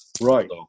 Right